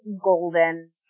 golden